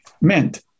meant